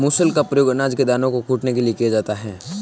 मूसल का प्रयोग अनाज के दानों को कूटने के लिए किया जाता है